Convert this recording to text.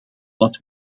wat